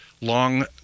long